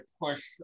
push